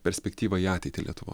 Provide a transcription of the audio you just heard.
perspektyvą į ateitį lietuvos